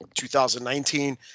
2019